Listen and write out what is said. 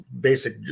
basic